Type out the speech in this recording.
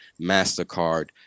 MasterCard